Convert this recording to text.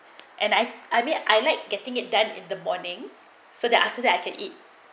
and I I mean I like getting it done in the morning so that after that I can eat